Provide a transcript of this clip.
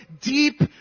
deep